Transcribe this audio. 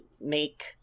make